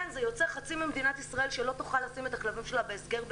יוצא שחצי ממדינת ישראל לא תוכל לשים את הכלבים בהסגר ביתי.